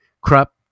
crop